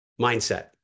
Mindset